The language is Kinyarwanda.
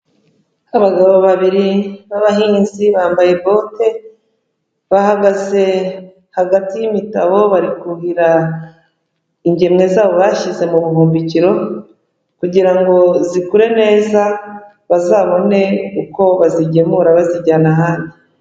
Abagabo babiri b'abahinzi bambaye bote, bahagaze hagati y'imitabo bari kuhira ingemwe zabo bashyize mu buhumbikiro kugira ngo zikure neza, bazabone uko bazigemura bazijyana ahandi.